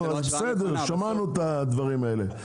בסדר, שמענו את הדברים האלה.